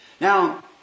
Now